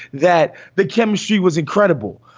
that the chemistry was incredible,